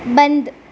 بند